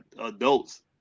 adults